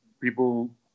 people